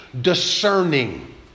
discerning